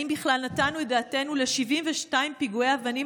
האם בכלל נתנו את דעתנו ל-72 פיגועי האבנים